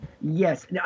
Yes